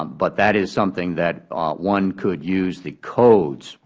um but that is something that one could use the codes,